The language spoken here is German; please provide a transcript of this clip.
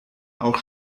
auch